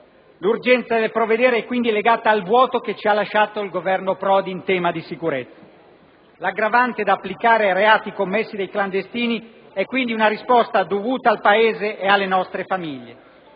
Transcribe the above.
L'urgenza del provvedere è quindi legata al vuoto che ci ha lasciato il Governo Prodi in tema di sicurezza; l'aggravante da applicare ai reati commessi dai clandestini è quindi una risposta dovuta al Paese e alle nostre famiglie.